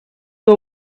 the